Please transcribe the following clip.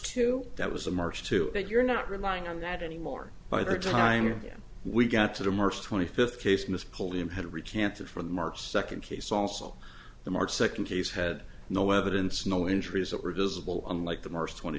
to that was a march to that you're not relying on that anymore by the time again we got to the march twenty fifth case miss pulliam had recanted from the march second case also the march second case had no evidence no injuries that were visible unlike the march twenty